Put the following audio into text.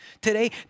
today